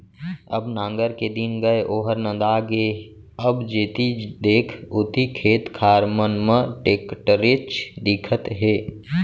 अब नांगर के दिन गय ओहर नंदा गे अब जेती देख ओती खेत खार मन म टेक्टरेच दिखत हे